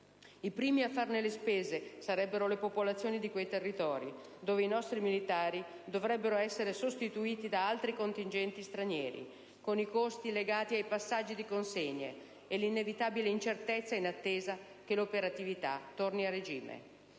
Le prime a farne le spese sarebbero le popolazioni di quei territori, dove i nostri militari dovrebbero essere sostituiti da altri contingenti stranieri, con i costi legati ai passaggi di consegne e l'inevitabile incertezza in attesa che l'operatività torni a regime.